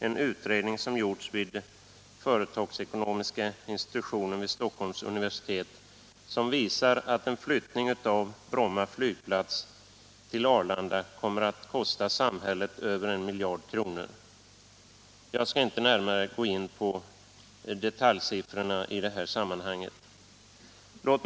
En utredning som gjorts vid företagsekonomiska institutionen vid Stockholms universitet visar att en flyttning av Bromma flygplats till Arlanda kommer att kosta samhället över 1 miljard kronor. Jag skall inte gå närmare in på detaljsiffrorna i det här sammanhanget.